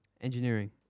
Engineering